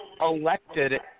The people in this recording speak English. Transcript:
elected